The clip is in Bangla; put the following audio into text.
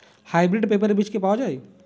হাইব্রিড পেঁপের বীজ কি পাওয়া যায়?